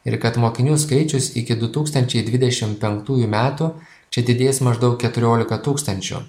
ir kad mokinių skaičius iki du tūkstančiai dvidešim penktųjų metų čia didės maždaug keturiolika tūkstančių